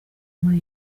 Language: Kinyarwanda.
muri